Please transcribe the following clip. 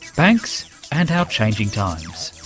banks and our changing times.